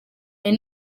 hari